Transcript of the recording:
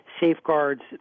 safeguards